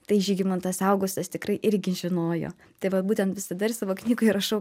tai žygimantas augustas tikrai irgi žinojo tai va būtent visada ir savo knygoj rašau